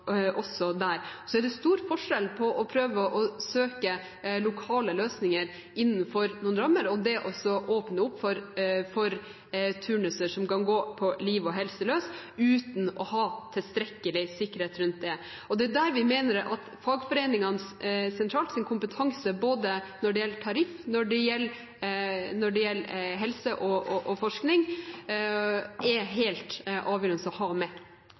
også der. Så er det stor forskjell på å prøve å søke lokale løsninger innenfor noen rammer og det å åpne opp for turnuser som kan gå på liv og helse løs, uten å ha tilstrekkelig sikkerhet rundt det. Og det er der vi mener at kompetansen til fagforeningene sentralt, når det gjelder både tariff, helse og forskning, er helt avgjørende å ha med.